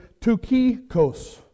Tukikos